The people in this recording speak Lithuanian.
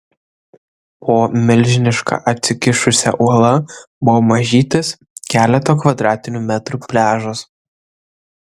po milžiniška atsikišusia uola buvo mažytis keleto kvadratinių metrų pliažas